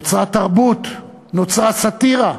נוצרה תרבות, נוצרה סאטירה.